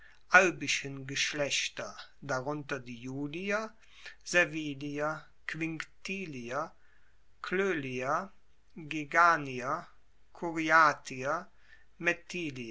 albischen geschlechter darunter die iulier servilier quinctilier